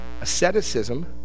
Asceticism